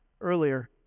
earlier